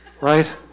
right